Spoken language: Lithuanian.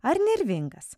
ar nervingas